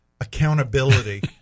accountability